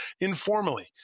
informally